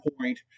point